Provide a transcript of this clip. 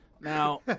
Now